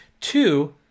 two